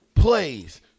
Plays